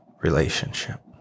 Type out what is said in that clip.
relationship